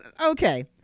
okay